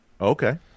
Okay